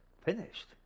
finished